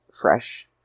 fresh